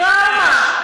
אבל בשונה, טראומה.